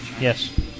Yes